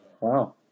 Wow